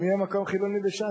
אם יהיה מקום חילוני בש"ס,